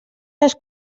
les